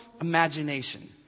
imagination